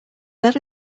that